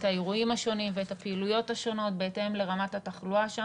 האירועים השונים ואת הפעילויות השונות בהתאם לרמת התחלואה שם